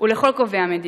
ולכל קובעי המדיניות: